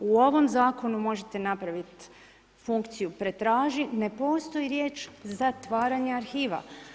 U ovom zakonu možete napraviti funkciju „pretraži“, ne postoji riječ „zatvaranje arhiva“